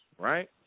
right